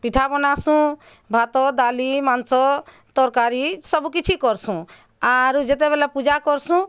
ପିଠା ବନାସୁଁ ଭାତ ଡ଼ାଲି ମାଂସ ତରକାରୀ ସବୁ କିଛି କରସୁଁ ଆରୁ ଯେତେବେଲେ ପୂଜା କରସୁଁ